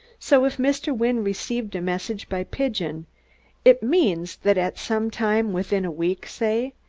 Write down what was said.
so if mr. wynne received a message by pigeon it means that at some time, within a week say,